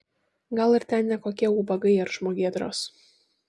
gal ir ten ne kokie ubagai ar žmogėdros